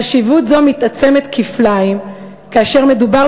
חשיבות זו מתעצמת כפליים כאשר מדובר